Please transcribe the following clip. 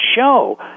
show